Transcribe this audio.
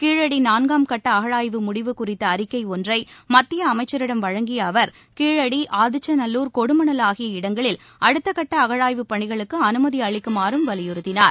கீழடி நான்காம் கட்ட அகழாய்வு முடிவு குறித்த அறிக்கை ஒன்றை மத்திய அமைச்சரிடம் வழங்கிய அவர் கீழடி ஆதிச்சநல்லூர் கொடுமணல் ஆகிய இடங்களில் அடுத்தகட்ட அகழாய்வுப் பணிகளுக்கு அனுமதி அளிக்குமாறும் வலியுறுத்தினார்